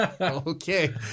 Okay